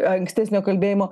ankstesnio kalbėjimo